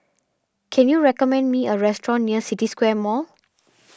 can you recommend me a restaurant near City Square Mall